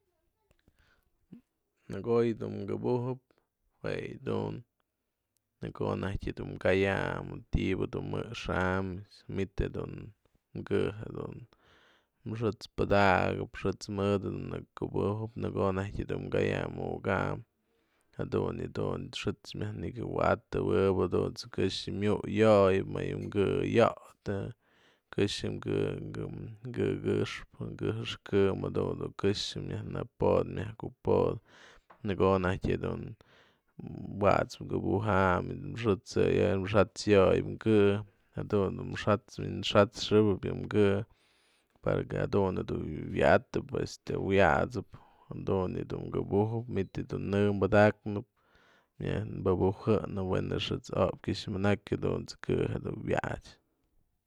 Në ko'o yë dun këbu'ujëp jue yë dun, në ko'o naj dun mkaya'am, ti'iba dun mjexa'am manyt jedu mkë jedun xë'ët's padaka'ap, xë'ët's mëdë dun nëkë këbu'ujëp në ko'o naj dun mkaya'am muka'any jadun yë dun, xë'ët's myaj nëkyawa'atëwëp, jadut's këxë myu'uyoyëp më yë mkë yo'otë këxë kë këxpë, mkë jëxkë'ëm jadun dun këxë myaj nëpodëp myaj kupodëp në ko'o naj dun wat's këbu'ujany xë'ët'sëp mxa'atyo'oyëp mkë'ë, jadun dun mxa'at's min mxa'at'sëp yë mkë para que jadun dun wyatëp este wyasëp jadun yë dun këbu'ujëp manyt du në'ë padaknëp myaj pabujëpnëp wen je xë'ët's opyë kyëx manakëjadunt's kë dun wyachë.